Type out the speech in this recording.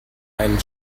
einen